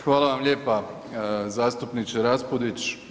Hvala vam lijepa zastupniče Raspudić.